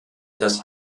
das